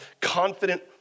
confident